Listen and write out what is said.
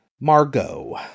Margot